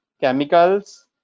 chemicals